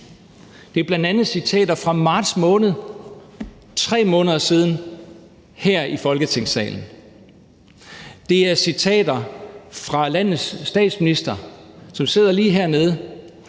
Det er bl.a. citater fra marts måned, altså for 3 måneder siden, her i Folketingssalen. Det er citater af landets statsminister, som sidder lige hernede,